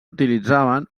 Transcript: utilitzaven